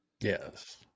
Yes